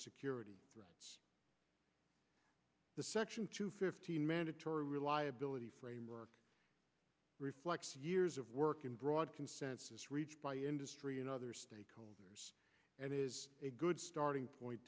security the section two fifteen mandatory reliability framework reflects years of work and broad consensus reached by industry and other stakeholders and is a good starting point